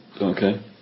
Okay